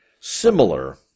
similar